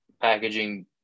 packaging